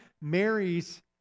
Mary's